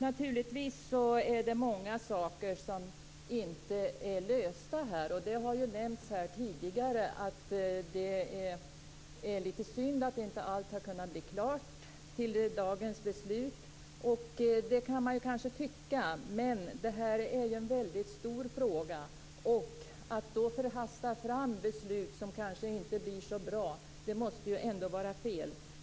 Naturligtvis är det många saker som inte är lösta. Det har nämnts här tidigare att det är litet synd att inte allt har kunnat bli klart till dagens beslut. Det kan man kanske tycka. Men detta är ju en väldigt stor fråga. Att då hasta fram beslut som kanske inte blir så bra måste ändå vara fel.